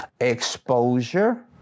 exposure